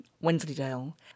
Wensleydale